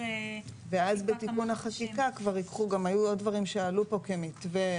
--- גם היו עוד דברים שעלו פה כמתווה,